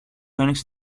άνοιξε